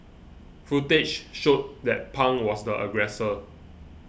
footage showed that Pang was the aggressor